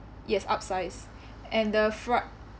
yes upsize and the fri~